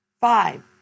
Five